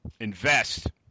invest